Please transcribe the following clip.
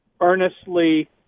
earnestly